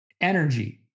energy